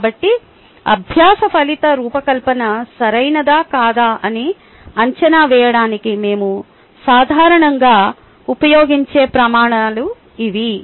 కాబట్టి అభ్యాస ఫలిత రూపకల్పన సరైనదా కాదా అని అంచనా వేయడానికి మేము సాధారణంగా ఉపయోగించే ప్రమాణాలు ఇవి